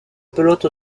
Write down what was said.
pelote